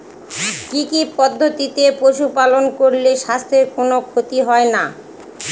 কি কি পদ্ধতিতে পশু পালন করলে স্বাস্থ্যের কোন ক্ষতি হয় না?